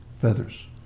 Feathers